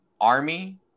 Army